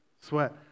sweat